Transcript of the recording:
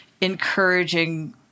encouraging